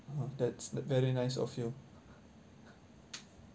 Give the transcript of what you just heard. !wah! that's very nice of you